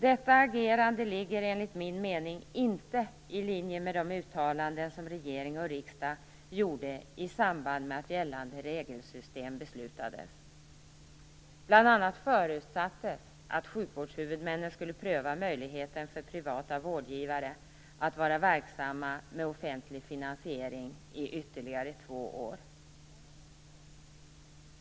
Detta agerande ligger enligt min mening inte i linje med de uttalanden som regering och riksdag gjorde i samband med att gällande regelsystem beslutades. Bl.a. förutsattes att sjukvårdshuvudmännen skulle pröva möjligheten för privata vårdgivare att vara verksamma med offentlig finansiering i ytterligare två år.